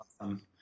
awesome